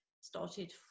started